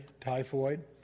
typhoid